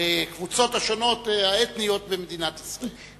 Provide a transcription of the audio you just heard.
הקבוצות השונות האתניות במדינת ישראל.